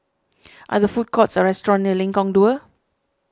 are there food courts or restaurants near Lengkong Dua